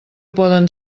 poden